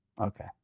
Okay